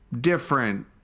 different